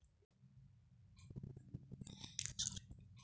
मला क्यू.आर कोडचा वापर कसा करायचा याबाबत माहिती हवी आहे